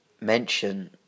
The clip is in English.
mention